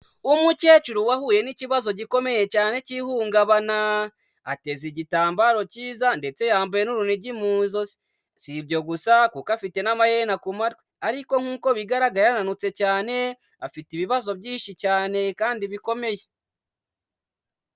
Umukecuru wahuye n'ikibazo gikomeye cyane cy'ihungabana, ateza igitambaro cyiza ndetse yambaye n'urunigi mu ijosi. Si ibyo gusa kuko afite n'amaherena ku matwi, ariko nk'uko bigaragara yarananutse cyane, afite ibibazo byinshi cyane kandi bikomeye.